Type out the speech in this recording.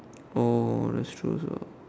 oh that's true also